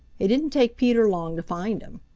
it didn't take peter long to find him.